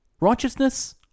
Righteousness